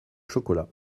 chocolat